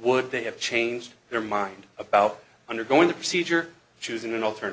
would they have changed their mind about undergoing the procedure choosing an alternative